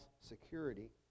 security